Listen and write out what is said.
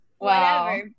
wow